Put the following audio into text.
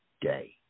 day